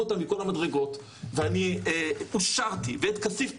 אותם מכל המדרגות ואני אושרתי ואת כסיף פסלו.